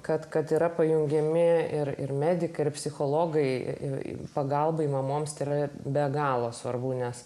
kad kad yra pajungiami ir ir medikai ir psichologai į pagalbą mamoms yra be galo svarbu nes